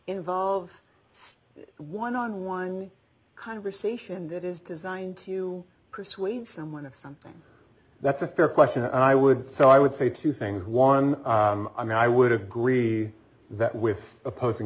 involved stay one on one conversation that is designed to persuade someone of something that's a fair question and i would so i would say two things one i mean i would agree that with opposing